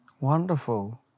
wonderful